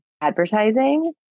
advertising